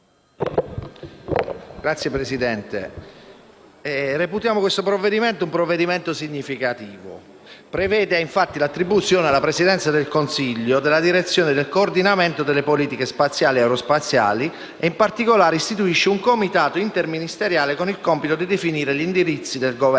Signora Presidente, reputiamo il disegno di legge in esame un provvedimento significativo. Esso prevede, infatti, l'attribuzione alla Presidenza del Consiglio della direzione del coordinamento delle politiche spaziali e aerospaziali e, in particolare, istituisce un Comitato interministeriale con il compito di definire gli indirizzi del Governo